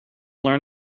learn